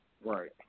Right